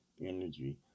energy